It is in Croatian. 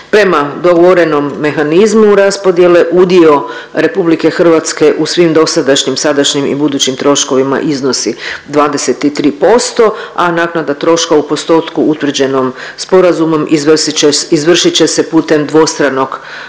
Prema dogovorenom mehanizmu raspodjele udio RH u svim dosadašnjim, sadašnjim i budućim troškovima iznosi 23%, a naknada troška u postotku utvrđenom sporazumom izvršit će se putem dvostranog